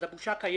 אז הבושה קיימת,